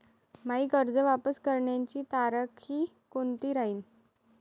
मायी कर्ज वापस करण्याची तारखी कोनती राहीन?